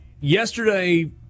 yesterday